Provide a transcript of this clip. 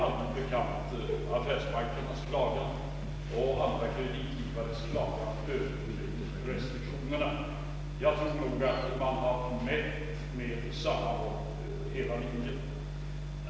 Affärsbankernas och andra kreditgivares klagan över kreditrestriktionerna är ju allmänt bekant. Jag tror nog att man har mätt med samma mått över hela linjen.